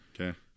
Okay